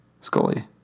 Scully